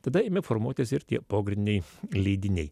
tada ėmė formuotis ir tie pogrindiniai leidiniai